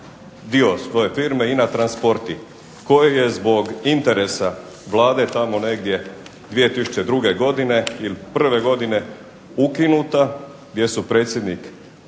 dio svoje firme INA Transporti kojeg je zbog interesa Vlade tamo negdje 2002. ili 2001. godine ukinuta, gdje su predsjednik